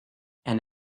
and